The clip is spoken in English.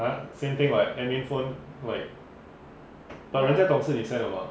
!huh! same thing [what] admin phone like but 人家懂是 his hand or not